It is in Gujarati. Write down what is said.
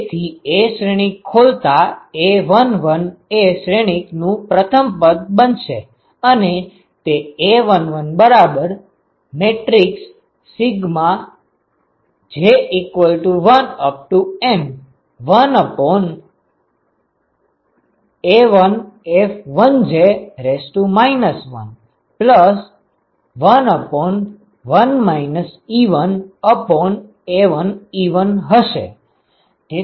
તેથી A શ્રેણિક ખોલતા a11 એ શ્રેણિક નું પ્રથમ પદ બનશે અને તે a11j1N1A1F1j 111 1A11 હશે